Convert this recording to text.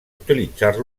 utilitzar